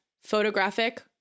photographic